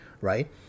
Right